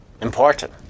important